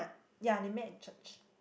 ya they met in church